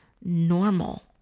normal